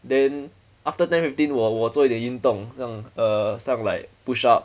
then after ten fifteen 我我做一个运动好像 uh stuff like push up